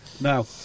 Now